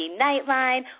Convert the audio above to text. Nightline